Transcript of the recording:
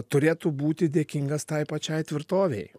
turėtų būti dėkingas tai pačiai tvirtovei